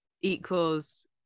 equals